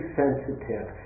sensitive